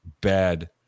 bad